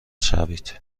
شوید